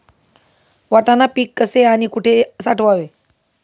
वाटाणा पीक कसे आणि कुठे साठवावे?